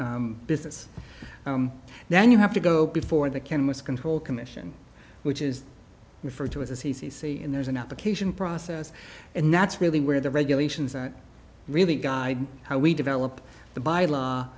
the business then you have to go before the cameras control commission which is referred to as a c c c and there's an application process and that's really where the regulations really guide how we develop the by law